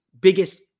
biggest